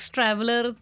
Traveler